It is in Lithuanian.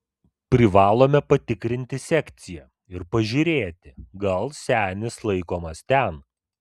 privalome patikrinti sekciją ir pažiūrėti gal senis laikomas ten